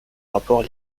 rapports